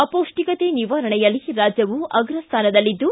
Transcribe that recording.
ಅಪೌಷ್ಟಿಕತೆ ನಿವಾರಣೆಯಲ್ಲಿ ರಾಜ್ಯವು ಅಗ್ರಸ್ಥಾನದಲ್ಲಿದ್ದು